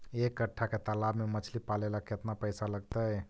एक कट्ठा के तालाब में मछली पाले ल केतना पैसा लगतै?